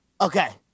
Okay